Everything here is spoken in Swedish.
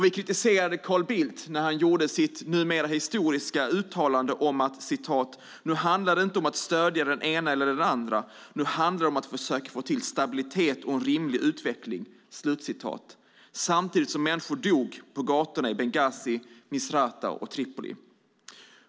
Vi kritiserade Carl Bildt när han gjorde sitt numera historiska uttalande om att "Nu handlar det inte om att stödja den ena eller den andra. Det handlar om att försöka få till stabilitet och en rimlig utveckling." Samtidigt dog människor på gatorna i Benghazi, Misrata och Tripoli.